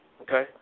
okay